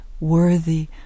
worthy